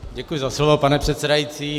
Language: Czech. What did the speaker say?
Děkuji za slovo, pane předsedající.